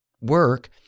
work